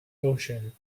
ocean